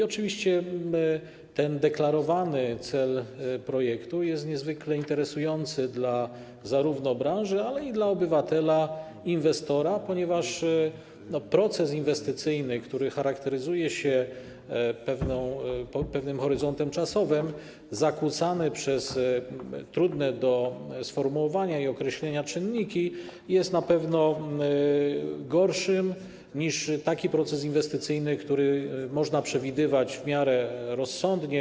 Oczywiście ten deklarowany cel projektu jest niezwykle interesujący zarówno dla branży, jak i dla obywatela inwestora, ponieważ proces inwestycyjny, który charakteryzuje się pewnym horyzontem czasowym, zakłócany przez trudne do sformułowania i określenia czynniki, jest na pewno gorszy niż taki proces inwestycyjny, który można przewidywać w miarę rozsądnie.